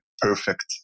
perfect